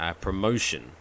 promotion